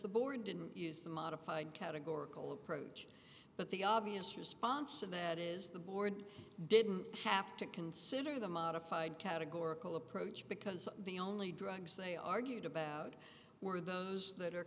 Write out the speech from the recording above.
the board didn't use the modified categorical approach but the obvious response to that is the board didn't have to consider the modified categorical approach because the only drugs they argued about were those that are